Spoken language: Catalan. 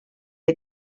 que